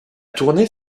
tournée